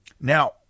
Now